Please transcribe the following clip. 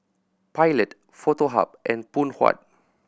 Pilot Foto Hub and Phoon Huat